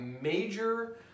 major